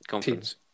teams